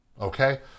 Okay